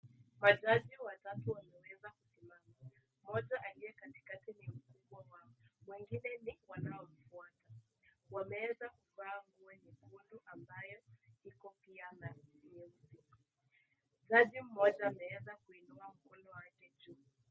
Majazi watatu wameweza kusimama. Mmoja aliye katikati ni mkubwa wao, wengine ni wanaomfuata. Wameweza kuvaa nguo nyekundu ambayo iko pia na nyeusi. Jazi mmoja ameweza kuinua mkono wake juu.